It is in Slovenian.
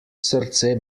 srce